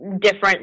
different